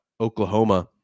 Oklahoma